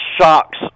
shocks